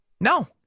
No